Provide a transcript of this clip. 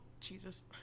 Jesus